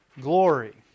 glory